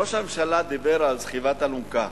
ראש הממשלה דיבר על סחיבת אלונקה.